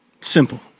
Simple